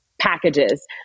packages